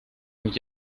und